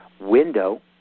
window